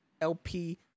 LP